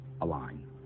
align